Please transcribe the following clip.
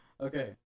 Okay